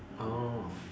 oh